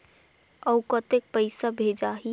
अउ कतेक पइसा भेजाही?